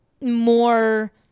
more